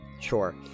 Sure